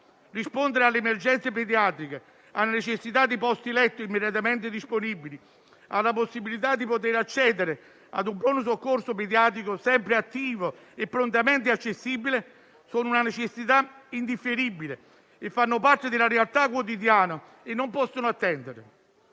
Rispondere alle emergenze pediatriche, alla richiesta di posti letto immediatamente disponibili, alla possibilità di accedere a un pronto soccorso pediatrico sempre attivo e prontamente accessibile è una necessità indifferibile, che fa parte della realtà quotidiana e non può attendere.